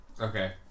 Okay